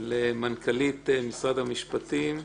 למנכ"לית משרד המשפטים אמי,